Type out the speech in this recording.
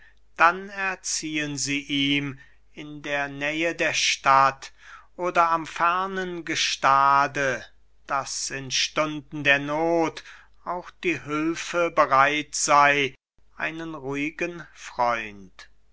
dann erziehen sie ihm in der nähe der stadt oder am fernen gestade daß in stunden der noth auch die hülfe bereit sei einen ruhigen freund